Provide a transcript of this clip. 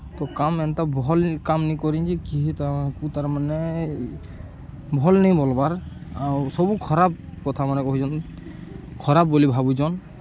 ତ କାମ୍ ଏନ୍ତା ଭଲ୍ କାମ୍ ନି କରିନ୍ ଯେ କିହେ ତାକୁ ତାର୍ମାନେ ଭଲ୍ ନେଇ ବଲ୍ବାର୍ ଆଉ ସବୁ ଖରାପ୍ କଥାମାନେ କହୁଚନ୍ ଖରାପ୍ ବୋଲି ଭାବୁଚନ୍